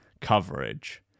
coverage